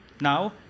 now